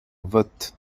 vote